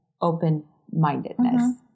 open-mindedness